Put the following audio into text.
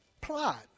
plot